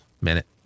minute